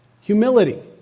Humility